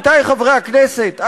עמיתי חברי הכנסת,